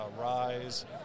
Rise